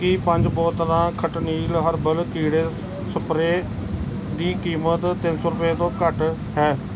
ਕੀ ਪੰਜ ਬੋਤਲਾਂ ਖਟਨੀਲ ਹਰਬਲ ਕੀੜੇ ਸਪਰੇਅ ਦੀ ਕੀਮਤ ਤਿੰਨ ਸੌ ਰੁਪਏ ਤੋਂ ਘੱਟ ਹੈ